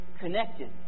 connected